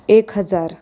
एक हजार